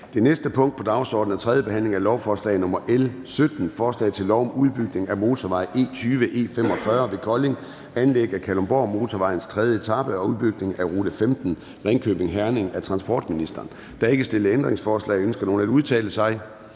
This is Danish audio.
Det næste punkt på dagsordenen er: 10) 3. behandling af lovforslag nr. L 17: Forslag til lov om udbygning af motorvej E20/E45 ved Kolding, anlæg af Kalundborgmotorvejens tredje etape og udbygning af rute 15, Ringkøbing-Herning. Af transportministeren (Thomas Danielsen). (Fremsættelse